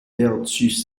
vertus